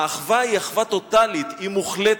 האחווה היא אחווה טוטלית, היא מוחלטת,